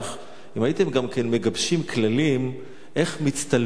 אם הייתם גם כן מגבשים כללים איך מצטלמים.